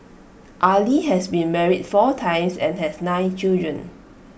Ali has been married four times and has nine children